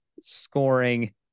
scoring